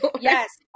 Yes